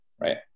right